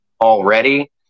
already